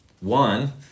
One